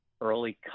early